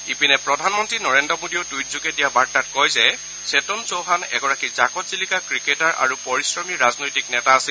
ইপিনে প্ৰধানমন্ত্ৰী নৰেন্দ্ৰ মোদীয়েও টুইটযোগে দিয়া বাৰ্তাত কয় যে চেতন চৌহান এগৰাকী জাকত জিলিকা ক্ৰিকেটাৰ আৰু পৰিশ্ৰমী ৰাজনৈতিক নেতা আছিল